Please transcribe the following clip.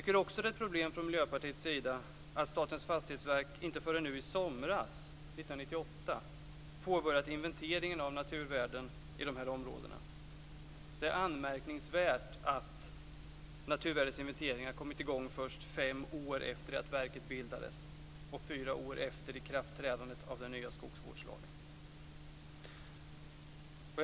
Från Miljöpartiets sida tycker vi också att det är ett problem att Statens fastighetsverk inte förrän nu i somras, 1998, har påbörjat inventeringen av naturvärden i dessa områden. Det är anmärkningsvärt att naturvärdesinventeringen har kommit i gång först fem år efter det att verket bildades och fyra år efter ikraftträdandet av den nya skogsvårdslagen.